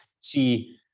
see